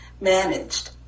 managed